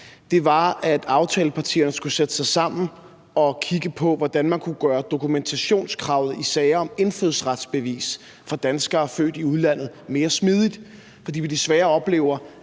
var, at aftalepartierne skulle sætte sig sammen og kigge på, hvordan man kunne gøre dokumentationskravet i sager om indfødsretsbevis fra danskere født i udlandet mere smidigt. Det skyldes,